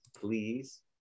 please